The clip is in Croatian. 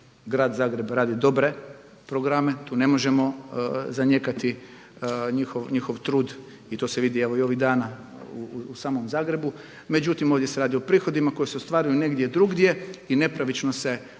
grad Zagreb radi dobre programe, tu ne možemo zanijekati njihov trud i to se vidi evo i ovih dana u samo Zagrebu. Međutim, ovdje se radi o prihodima koji se ostvaruju negdje drugdje i nepravično se upravo